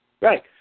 Right